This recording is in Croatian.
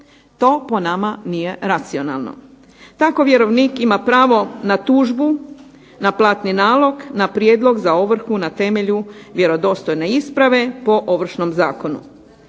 To po nama nije racionalno. Tako vjerovnik ima pravo na tužbu, na platni nalog, na prijedlog za ovrhu na temelju vjerodostojne isprave po Ovršnom zakonu.